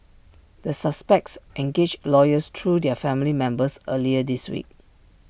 the suspects engaged lawyers through their family members earlier this week